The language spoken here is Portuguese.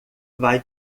vai